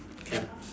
can